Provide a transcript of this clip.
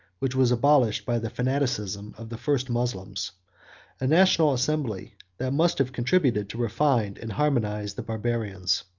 which was abolished by the fanaticism of the first moslems a national assembly that must have contributed to refine and harmonize the barbarians.